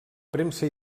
premsa